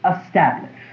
established